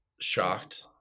shocked